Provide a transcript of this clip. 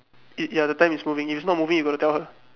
it ya the time is moving if it's not moving you got to tell her